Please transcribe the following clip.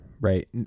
right